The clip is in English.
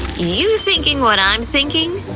you thinking what i'm thinking?